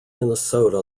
minnesota